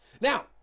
Now